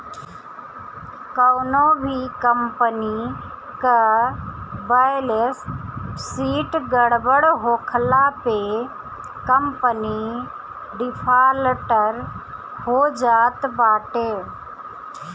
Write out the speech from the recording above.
कवनो भी कंपनी कअ बैलेस शीट गड़बड़ होखला पे कंपनी डिफाल्टर हो जात बाटे